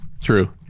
True